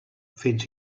fins